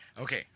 Okay